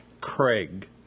Craig